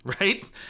Right